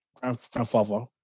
grandfather